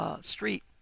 street